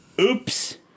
oops